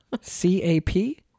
c-a-p